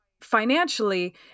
financially